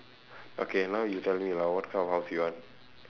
okay now you tell me lah what kind of house you want